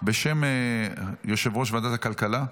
בשם יושב-ראש ועדת הכלכלה.